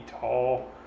tall